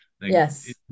Yes